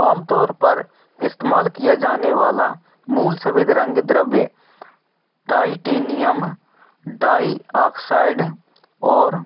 आमतौर पर इस्तेमाल किया जाने वाला मूल सफेद रंग द्रव्य टाइटेनियम डाईऑक्साइड और